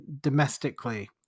domestically